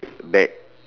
that